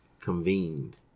convened